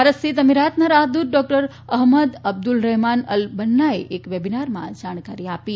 ભારત સ્થિત અમીરાતના રાજદુત doctor Ahmed Abdul Rahman Al બનનાએ એક વેબીનારમાં આ જાણકારી આપી છે